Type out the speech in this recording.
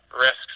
risks